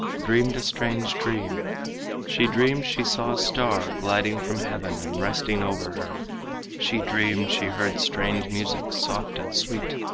dreamed a strange dream she dreamed she saw a star gliding from heaven and resting over her she dreamed she heard strange music, soft and sweet,